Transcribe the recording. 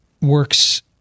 works